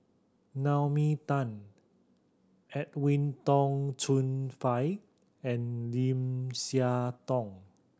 Naomi Tan Edwin Tong Chun Fai and Lim Siah Tong